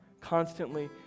constantly